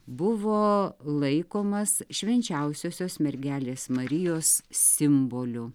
buvo laikomas švčiausiosios mergelės marijos simboliu